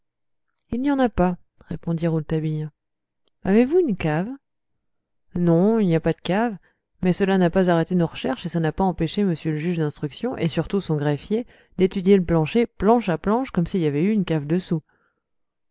il n'y en a pas répondit rouletabille avez-vous une cave non il n'y a pas de cave mais cela n'a pas arrêté nos recherches et ça n'a pas empêché m le juge d'instruction et surtout son greffier d'étudier le plancher planche à planche comme s'il y avait eu une cave dessous